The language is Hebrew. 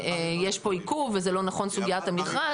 שיש פה עיכוב וזה לא נכון לגבי סוגיית המכרז.